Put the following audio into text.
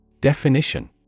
Definition